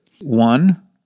One